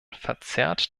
verzerrt